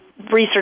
research